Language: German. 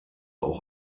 auch